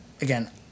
again